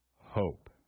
hope